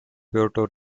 puerto